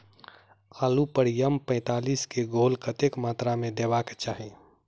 आलु पर एम पैंतालीस केँ घोल कतेक मात्रा मे देबाक चाहि?